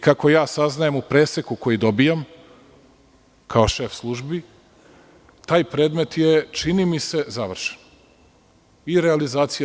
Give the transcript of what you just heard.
Kako saznajem u preseku koji dobijam, kao šef službi, taj predmet je, čini mi se, završen i očekuje se realizacija.